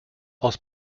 aus